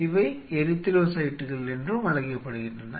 இவை எரித்ரோசைட்டுகள் என்றும் அழைக்கப்படுகின்றன